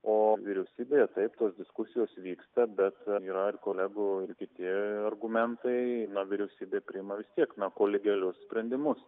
o vyriausybėje taip tos diskusijos vyksta bet yra ir kolegų ir kiti argumentai na vyriausybė priima vis tiek na kolegialius sprendimus